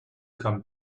come